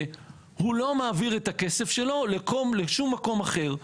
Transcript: והוא לא מעביר את הכסף שלו לשום מקום אחר.